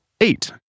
eight